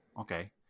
okay